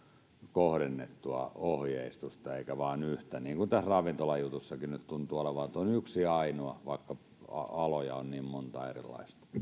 kohdennettua ohjeistusta eikä vain yhtä niin kuin tässä ravintolajutussakin nyt tuntuu olevan että on yksi ainoa vaikka aloja on niin monta erilaista